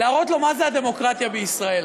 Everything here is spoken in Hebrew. להראות לו מה זה הדמוקרטיה בישראל,